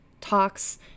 talks